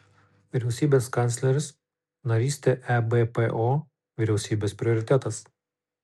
vyriausybės kancleris narystė ebpo vyriausybės prioritetas